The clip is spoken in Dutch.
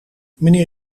meneer